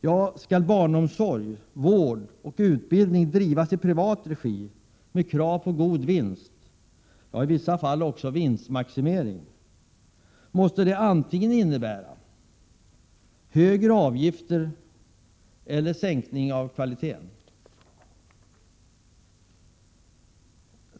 Ja, skall barnomsorg, vård och utbildning drivas i privat regi, och med krav på god vinst — ja, i vissa fall också vinstmaximering — måste detta antingen innebära högre avgifter eller sänkning av kvaliteten.